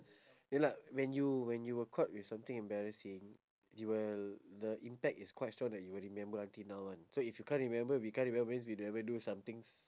ya lah when you when you were caught with something embarrassing you will the impact is quite strong that you will remember until now [one] so if you can't remember we can't remember means we never do something s~